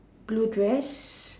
blue dress